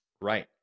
Right